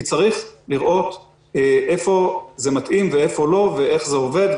צריך לראות איפה זה מתאים ואיפה לא ואיך זה עובד,